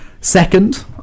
Second